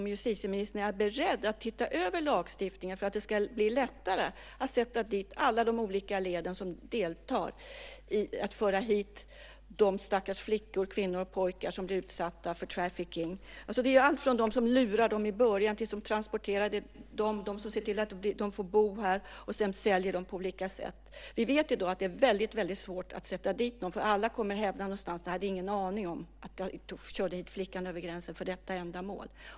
Är justitieministern beredd att titta över lagstiftningen för att det ska bli lättare att sätta dit alla de olika led som deltar i ett hitförande av de stackars flickor, kvinnor och pojkar som blir utsatta för trafficking ? Det gäller alla från dem som lurar dem i början till dem som transporterar dem. Det gäller dem som ser till att de får bo här och sedan säljer dem på olika sätt. Vi vet att det är svårt att sätta dit dem i dag, för alla kommer att hävda att de inte hade någon aning om att de körde flickan över gränsen för detta ändamål.